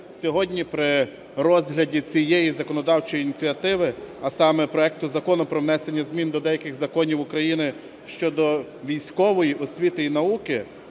Сьогодні при розгляді цієї законодавчої ініціативи, а саме проекту Закону про внесення змін до деяких законів України щодо військової освіти і науки,